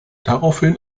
daraufhin